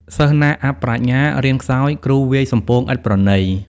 សិស្សណាអាប់ប្រាជ្ញា រៀនខ្សោយ គ្រូវាយសំពងឥតប្រណី ។